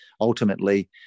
ultimately